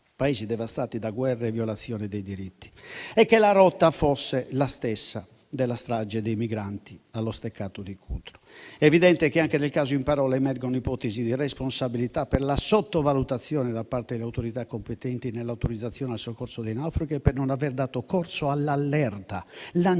Paesi devastati da guerre e violazioni dei diritti - e che la rotta fosse la stessa della strage dei migranti allo Steccato di Cutro. È evidente che, anche nel caso in parola, emergono ipotesi di responsabilità per la sottovalutazione da parte delle autorità competenti nell'autorizzazione al soccorso dei naufraghi e per non aver dato corso all'allerta lanciata